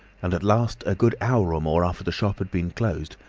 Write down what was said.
and at last a good hour or more after the shop had been closed,